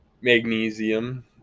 Magnesium